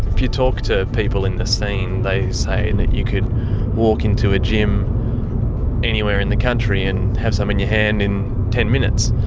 if you talk to people in the scene they say that you could walk into a gym anywhere in the country and have some in your hand in ten minutes.